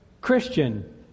Christian